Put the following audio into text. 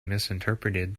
misinterpreted